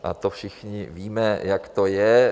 A to všichni víme, jak to je.